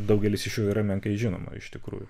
daugelis iš jų yra menkai žinoma iš tikrųjų